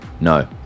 No